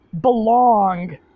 belong